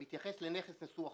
מתייחס לנכס נשוא החוב.